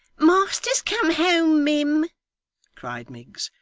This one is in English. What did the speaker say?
master's come home, mim cried miggs,